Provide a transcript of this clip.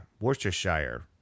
Worcestershire